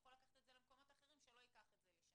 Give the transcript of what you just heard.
ויכול לקחת את זה למקומות אחרים שלא ייקח את זה לשם.